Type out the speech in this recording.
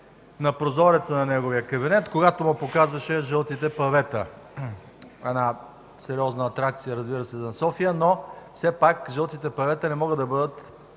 на прозореца на неговия кабинет, когато му показваше жълтите павета. Една сериозна атракция, разбира се, за София, но все пак жълтите павета не могат да бъдат